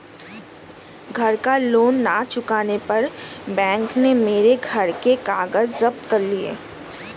घर का लोन ना चुकाने पर बैंक ने मेरे घर के कागज जप्त कर लिए